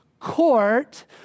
court